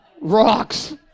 Rocks